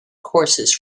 courses